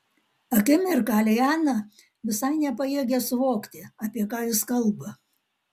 akimirką liana visai nepajėgė suvokti apie ką jis kalba